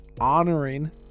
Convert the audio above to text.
honoring